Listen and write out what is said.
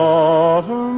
autumn